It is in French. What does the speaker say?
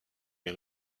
les